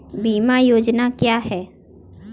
बीमा योजना क्या है?